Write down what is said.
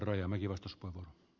arvoisa puhemies